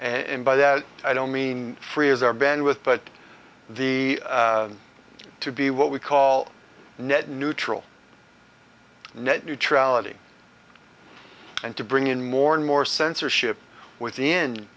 and by that i don't mean free as are banned with but the to be what we call net neutral net neutrality and to bring in more and more censorship with